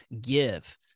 give